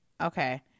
Okay